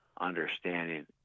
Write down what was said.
understanding